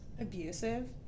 abusive